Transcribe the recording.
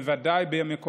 בוודאי בימי קורונה.